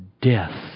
death